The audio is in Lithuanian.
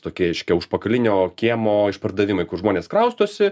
tokie reiškia užpakalinio kiemo išpardavimai kur žmonės kraustosi